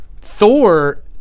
Thor